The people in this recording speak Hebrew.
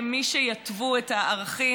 הם מי שיתוו את הערכים,